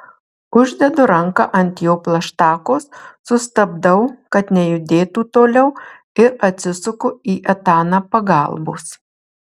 uždedu ranką ant jo plaštakos sustabdau kad nejudėtų toliau ir atsisuku į etaną pagalbos